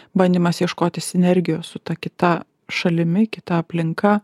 bandymas ieškoti sinergijos su ta kita šalimi kita aplinka